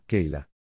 Kayla